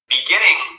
beginning